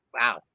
wow